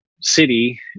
city